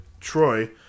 Troy